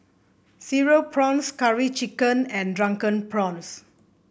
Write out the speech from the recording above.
Cereal Prawns Curry Chicken and Drunken Prawns